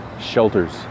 shelters